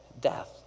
death